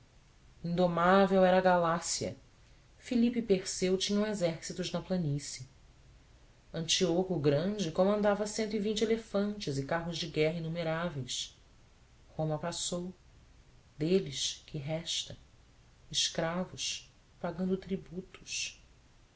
indomável era a galácia filipe e perseu tinham exércitos na planície antíoco o grande comandava cento e vinte elefantes e carros de guerra inumeráveis roma passou deles que resta escravos pagando tributos